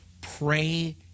pray